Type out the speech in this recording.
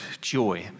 joy